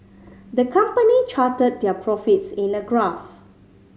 the company charted their profits in a graph